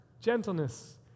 gentleness